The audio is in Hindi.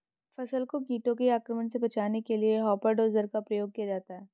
फसल को कीटों के आक्रमण से बचाने के लिए हॉपर डोजर का प्रयोग किया जाता है